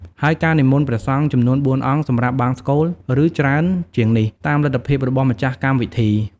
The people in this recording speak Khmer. ហើយការនិមន្តព្រះសង្ឃចំនួន ៤ អង្គ សម្រាប់បង្សុកូល ឬច្រើនជាងនេះ តាមលទ្ធភាព របស់ម្ចាស់កម្មវិធី។